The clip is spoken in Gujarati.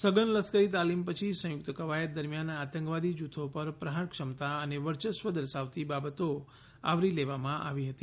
સઘન લશ્કરી તાલીમ પછી સંયુક્ત કવાયત દરમિયાન આતંકવાદી જૂથો પર પ્રહાર ક્ષમતા અને વર્ચસ્વ દર્શાવતી બાબતો આવરી લેવામાં આવી હતી